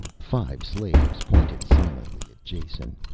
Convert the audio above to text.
five slaves pointed silently at jason.